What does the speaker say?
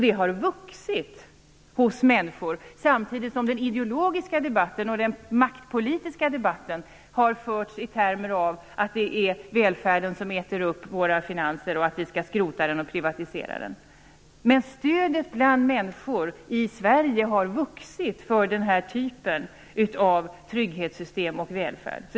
Det har vuxit hos människor, samtidigt som den ideologiska debatten och den maktpolitiska debatten har förts i termer av att det är välfärden som äter upp våra finanser, att vi skall skrota och privatisera den. Men stödet bland människor i Sverige har ökat för den här typen av trygghetssystem och välfärd.